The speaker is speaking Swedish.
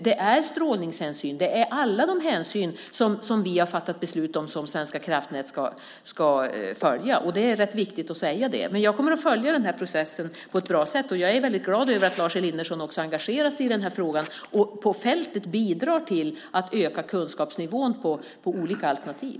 Det är strålningshänsyn. Det är alla de hänsyn som vi har fattat beslut om som Svenska kraftnät ska följa. Det är rätt viktigt att säga det. Jag kommer att följa den här processen på ett bra sätt, och jag är väldigt glad över att Lars Elinderson också engagerar sig i den här frågan och på fältet bidrar till att öka kunskapsnivån gällande olika alternativ.